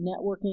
networking